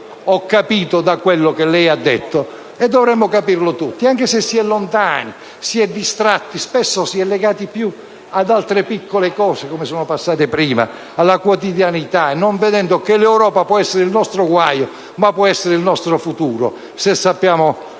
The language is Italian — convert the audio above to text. ho capito da quello che lei ha detto, e dovremmo capirlo tutti, anche se si è lontani e distratti e spesso si è legati più ad altre piccole cose come sono passate prima, alla quotidianità, non vedendo che l'Europa può essere il nostro guaio, ma può essere anche il nostro futuro, se sappiamo ben